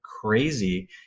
crazy